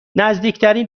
نزدیکترین